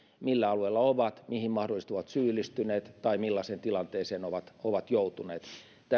millä alueella ovat mihin mahdollisesti ovat syyllistyneet tai millaiseen tilanteeseen ovat ovat joutuneet